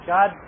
God